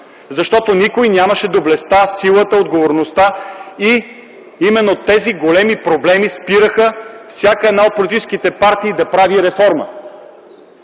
защото никой нямаше доблестта, силата, отговорността. Именно тези големи проблеми спираха всяка една от политическите партии да прави реформи.